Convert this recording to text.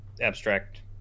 abstract